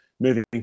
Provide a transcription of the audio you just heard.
moving